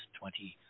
twenty